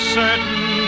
certain